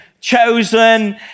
chosen